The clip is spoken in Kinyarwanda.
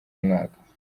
mwaka